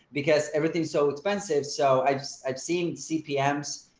because everything's so expensive. so i just i've seen cpms,